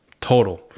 total